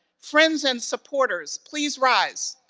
friends and supporters please rise.